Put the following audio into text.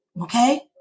Okay